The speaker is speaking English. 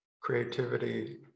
creativity